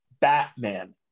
Batman